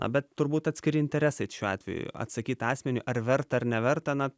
na bet turbūt atskiri interesai šiuo atveju atsakyt asmeniui ar verta ar neverta na